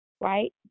right